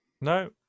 No